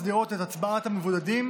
הצבעת המבודדים